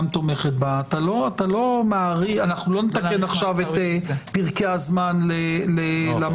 תומכת בה לא נתקן עכשיו את פרקי הזמן למעצר.